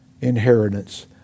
inheritance